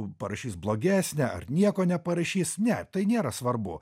parašys blogesnę ar nieko neparašys ne tai nėra svarbu